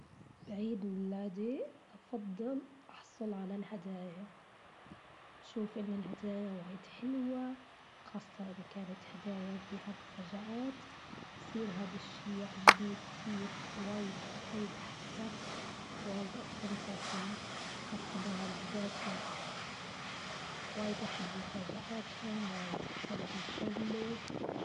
عيد ميلادي أفضل أحصل على الهدايا. بشوف ان الهدايا وايد حلوة. خاصة إذا كانت هدايا بيها مفاجآت. يصير هاد الشيء يعجبني كتير وايد وايد أحبه. وايد أستمتع فيه. خاصة مع رفقاتي وايد أحب مفأجآتهم وايد أحب نسولف.